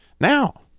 Now